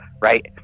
right